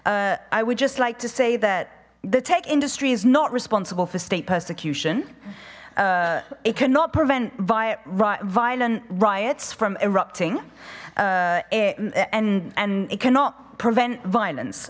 i would just like to say that the tech industry is not responsible for state persecution it cannot prevent via write violent riots from erupting a and and it cannot prevent violence